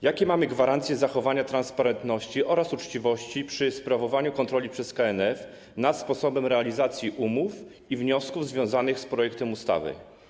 Jakie mamy gwarancje zachowania transparentności oraz uczciwości przy sprawowaniu kontroli przez KNF nad sposobem realizacji umów i wniosków związanych z projektem ustawy?